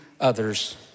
others